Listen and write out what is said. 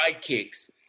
sidekicks